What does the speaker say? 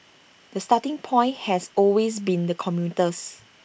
the starting point has always been the commuters